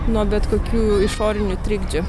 nuo bet kokių išorinių trikdžių